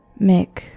Mick